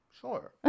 Sure